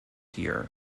here